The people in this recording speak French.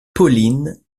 pauline